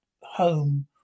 home